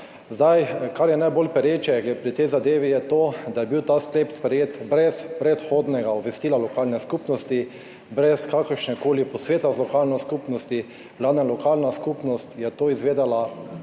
Kar je najbolj pereče pri tej zadevi, je to, da je bil ta sklep sprejet brez predhodnega obvestila lokalne skupnosti, brez kakršnegakoli posveta z lokalno skupnostjo, v glavnem, lokalna skupnost je to izvedela,